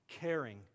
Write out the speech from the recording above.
caring